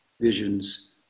visions